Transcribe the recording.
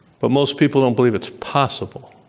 but most people don't believe it's possible.